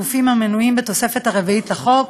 קצין מוסמך לעניין הגופים המנויים בתוספת הרביעית לחוק),